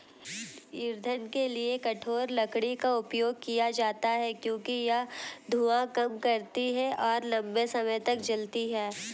ईंधन के लिए कठोर लकड़ी का उपयोग किया जाता है क्योंकि यह धुआं कम करती है और लंबे समय तक जलती है